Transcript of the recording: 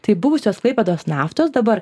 tai buvusios klaipėdos naftos dabar